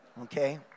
Okay